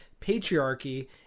patriarchy